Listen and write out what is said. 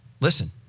listen